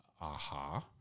aha